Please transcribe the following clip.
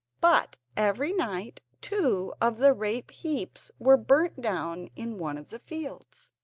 but every night two of the rape heaps were burnt down in one of the fields.